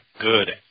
good